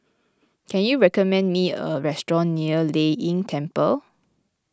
can you recommend me a restaurant near Lei Yin Temple